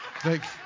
Thanks